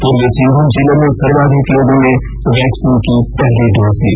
पूर्वी सिंहभूम जिले में सर्वाधिक लोगों ने वैक्सीन की पहली डोज ली